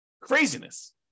Craziness